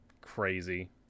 crazy